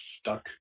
stuck